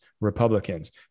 Republicans